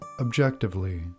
objectively